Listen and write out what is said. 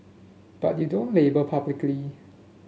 but you don't label publicly